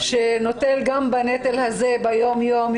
שנושא בנטל הזה גם ביום-יום,